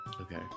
okay